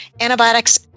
antibiotics